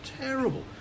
terrible